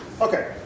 Okay